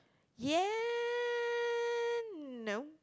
ya no